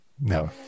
no